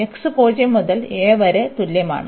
x 0 മുതൽ a വരെ തുല്യമാണ്